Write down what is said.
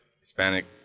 Hispanic